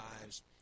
lives